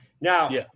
Now